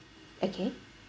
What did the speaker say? okay